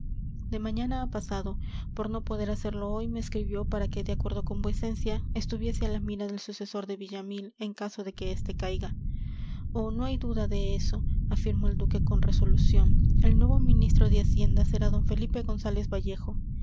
de mañana a pasado por no poder hacerlo hoy me escribió para que de acuerdo con vuecencia estuviese a la mira del sucesor de villamil en caso de que éste caiga oh no hay duda en eso afirmó el duque con resolución el nuevo ministro de hacienda será d felipe gonzález vallejo